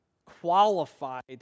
qualified